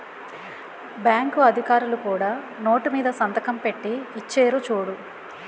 bank అధికారులు కూడా note మీద సంతకం పెట్టి ఇచ్చేరు చూడు